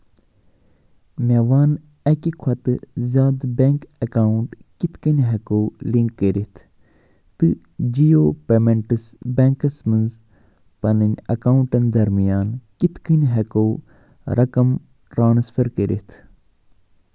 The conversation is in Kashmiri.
مےٚ وَن اَکہِ کھۄتہٕ زِیٛادٕ بینٛک اَکاوُنٛٹ کِتھٕ کٔنۍ ہٮ۪کو لِنٛک کٔرِتھ تہٕ جِیو پیمٮ۪نٛٹس بینٛکَس مَنٛز پنٕنۍ اَکاوُنٛٹَن درمیان کِتھٕ کٔنۍ ہٮ۪کو رَقم ٹرٛانٕسفر کٔرِتھ